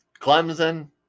Clemson